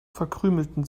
verkrümelten